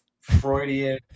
Freudian